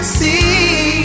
see